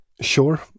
Sure